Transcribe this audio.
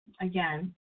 Again